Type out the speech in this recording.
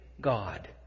God